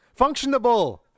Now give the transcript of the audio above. functionable